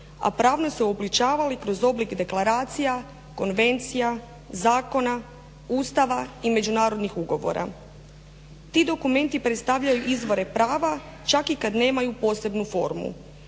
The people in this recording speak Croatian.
a pravno se uobličavali kroz oblik deklaracija, konvencija, zakona, ustava i međunarodnih ugovora. Ti dokumenti predstavljaju izvore prava čak i kad nemaju posebnu formu.